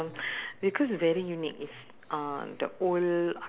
food uh food macam macam eh boleh buat eh berbual